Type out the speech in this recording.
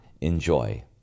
enjoy